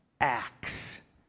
acts